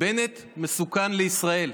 "בנט מסוכן לישראל",